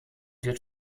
wird